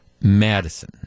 Madison